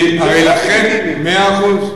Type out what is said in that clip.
מאה אחוז.